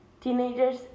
Teenagers